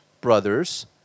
brothers